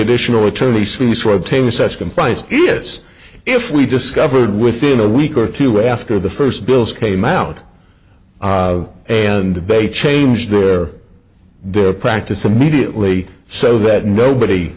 additional attorneys whose rotating such comprise is if we discovered within a week or two after the first bills came out and the bay changed where the practice immediately so that nobody